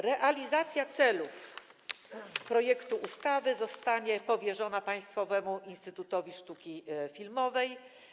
Realizacja celów projektu ustawy zostanie powierzona Państwowemu Instytutowi Sztuki Filmowej.